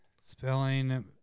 Spelling